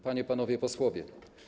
Panie i Panowie Posłowie!